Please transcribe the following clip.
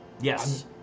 Yes